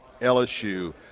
LSU